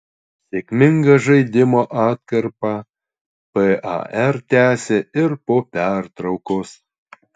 sėkmingą žaidimo atkarpą par tęsė ir po pertraukos